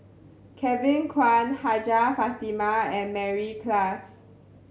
Kevin Kwan Hajjah Fatimah and Mary Klass